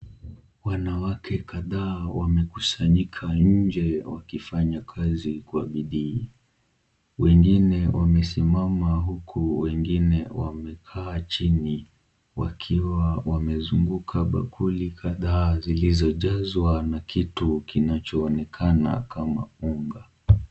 Wanawake kadhaa wamekusanyika nje wakifanya kazi kwa bidii. Wengine wamesimama huku wengine wamekaa chini wakiwa wamezunguka bakuli kadhaa zilizojazwa na kitu kinachoonekana kama unga.